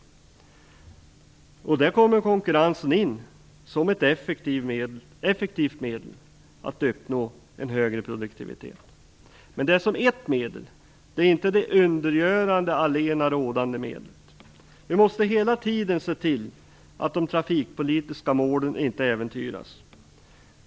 Konkurrensen kommer där in som ett effektivt medel att uppnå en högre produktivitet. Men konkurrensen är ett medel, det är inte det undergörande, allenarådande medlet. Vi måste hela tiden se till att de trafikpolitiska målen inte äventyras.